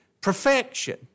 Perfection